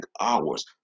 hours